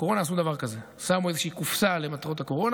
בקורונה עשו דבר כזה: שמו איזושהי קופסה למטרות הקורונה,